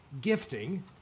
gifting